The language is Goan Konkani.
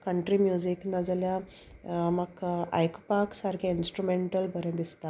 कंट्री म्युझीक ना जाल्यार म्हाका आयकपा सामकें इंस्ट्रुमेंटल बरें दिसता